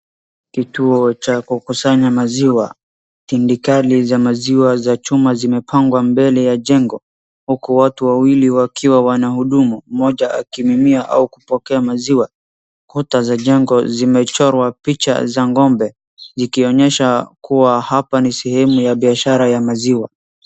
Kituo cha kukusanya maziwa. Tini kali za maziwa za chuma zimepangwa mbele ya jengo huku watu wawili wakiwa wanahudumu mmoja akimimina au kupokea maziwa. Kuta za jengo zimechorwa picha za ng'ombe zikionyesha hapa ni sehemu ya biashara ya maziwa